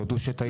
תודו שטעיתם.